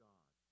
God